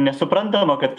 nesuprantama kad